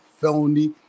felony